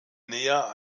näher